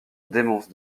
démence